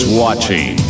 watching